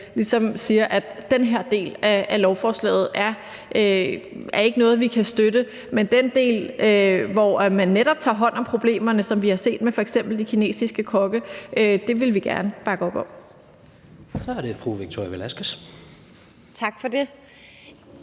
ligesom siger, at den her del af lovforslaget ikke er noget, vi kan støtte. Men den del, hvor man netop tager hånd om problemerne, som vi har set det med f.eks. kinesiske kokke, vil vi gerne bakke op om.